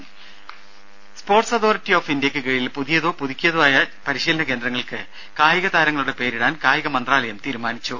രുര sports authority of ഇന്ത്യയ്ക്ക് കീഴിൽ പുതിയതോ പുതുക്കിയതോ ആയ പരിശീലന കേന്ദ്രങ്ങൾക്ക് കായിക താരങ്ങളുടെ പേരിടാൻ കായിക മന്ത്രാലയം തീരുമാനിച്ചു